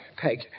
Peg